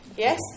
Yes